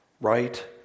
Right